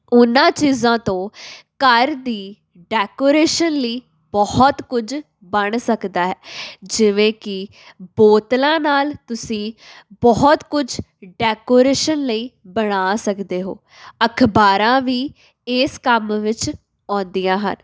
ਉਹਨਾਂ ਚੀਜ਼ਾਂ ਤੋਂ ਘਰ ਦੀ ਡੈਕੋਰੇਸ਼ਨ ਲਈ ਬਹੁਤ ਕੁਝ ਬਣ ਸਕਦਾ ਹੈ ਜਿਵੇਂ ਕਿ ਬੋਤਲਾਂ ਨਾਲ ਤੁਸੀਂ ਬਹੁਤ ਕੁਛ ਡੈਕੋਰੇਸ਼ਨ ਲਈ ਬਣਾ ਸਕਦੇ ਹੋ ਅਖ਼ਬਾਰਾਂ ਵੀ ਇਸ ਕੰਮ ਵਿੱਚ ਆਉਂਦੀਆਂ ਹਨ